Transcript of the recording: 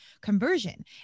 conversion